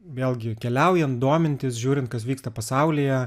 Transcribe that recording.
vėlgi keliaujant domintis žiūrint kas vyksta pasaulyje